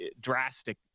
drastic